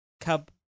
cub